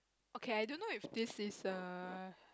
okay I do know if this is a